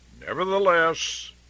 nevertheless